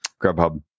Grubhub